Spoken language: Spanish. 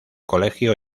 colegio